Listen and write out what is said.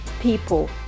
people